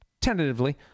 tentatively